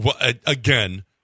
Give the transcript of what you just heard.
Again